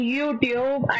YouTube